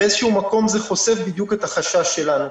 באיזשהו מקום זה חושף בדיוק את החשש שלנו.